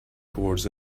towards